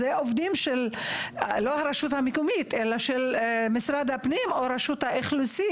אלה לא עובדים של הרשות המקומית אלא של משרד הפנים או רשות האוכלוסין.